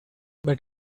but